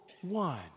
one